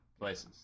places